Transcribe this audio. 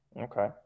Okay